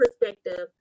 perspective